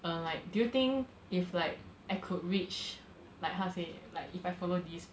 err like do you think if like I could reach like how to say like if I follow this